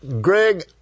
Greg